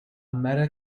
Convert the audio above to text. meta